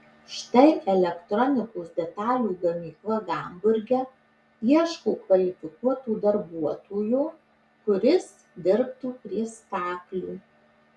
štai elektronikos detalių gamykla hamburge ieško kvalifikuoto darbuotojo kuris dirbtų prie staklių